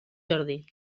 jordi